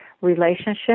relationship